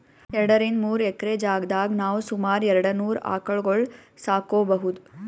ಎರಡರಿಂದ್ ಮೂರ್ ಎಕ್ರೆ ಜಾಗ್ದಾಗ್ ನಾವ್ ಸುಮಾರ್ ಎರಡನೂರ್ ಆಕಳ್ಗೊಳ್ ಸಾಕೋಬಹುದ್